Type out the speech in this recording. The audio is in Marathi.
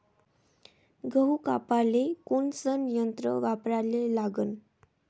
गहू कापाले कोनचं यंत्र वापराले लागन?